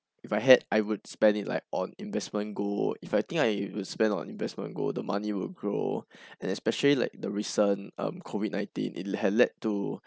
if I had I would spend it like on investment gold if I think I would spend on investment gold the money will grow and especially like the recent um COVID nineteen it had led to